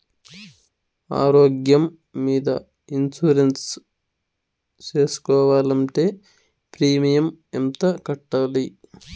ఆరోగ్యం మీద ఇన్సూరెన్సు సేసుకోవాలంటే ప్రీమియం ఎంత కట్టాలి?